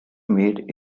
made